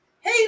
Hey